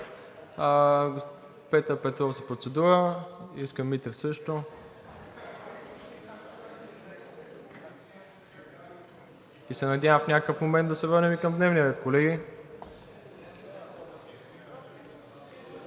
Петър Петров за процедура, Искрен Митев също. И се надявам в някакъв момент да се върнем към дневния ред, колеги.